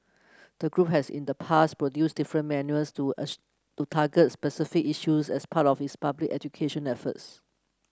the group has in the past produced different manuals to to target specific issues as part of its public education efforts